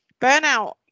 Burnout